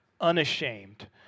Unashamed